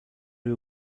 you